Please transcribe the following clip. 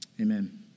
Amen